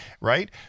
right